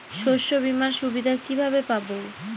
শস্যবিমার সুবিধা কিভাবে পাবো?